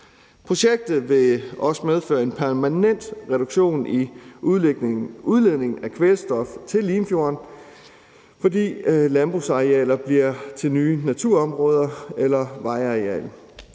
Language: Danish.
Projektet vil også medføre en permanent reduktion i udledning af kvælstof til Limfjorden, fordi landbrugsarealer bliver til nye naturområder eller vejarealer.